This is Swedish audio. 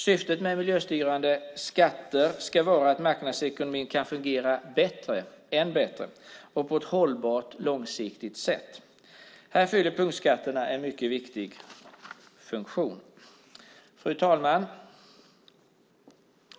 Syftet med miljöstyrande skatter ska vara att marknadsekonomin kan fungera ännu bättre och på ett hållbart, långsiktigt sätt. Här fyller punktskatterna en mycket viktig funktion. Fru talman!